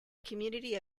community